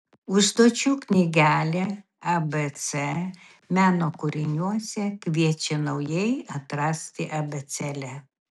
užduočių knygelė abc meno kūriniuose kviečia naujai atrasti abėcėlę